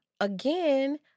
again